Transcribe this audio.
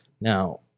Now